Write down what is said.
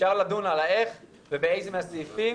אפשר לדון על איך ובאילו מן הסעיפים,